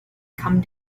come